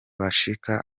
bashika